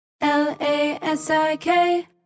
L-A-S-I-K